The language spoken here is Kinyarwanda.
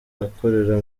akorera